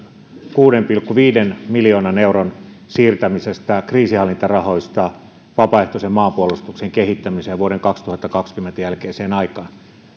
kuuden pilkku viiden miljoonan euron siirtämisestä kriisinhallintarahoista vapaaehtoisen maanpuolustuksen kehittämiseen vuoden kaksituhattakaksikymmentä jälkeiseen aikaan